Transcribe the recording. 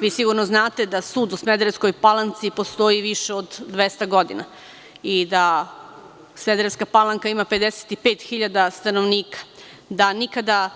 Vi sigurno znate da sud u Smederevskoj Palanci postoji više od dvesta godina i da Smederevska Palanka ima 55.000 stanovnika, da nikada